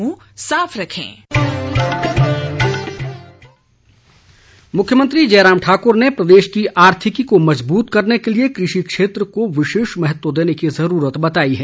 मुख्यमंत्री मुख्यमंत्री जयराम ठाकुर ने प्रदेश की आर्थिकी को मजबूत करने के लिए कृषि क्षेत्र को विशेष महत्व देने की जरूरत बताई है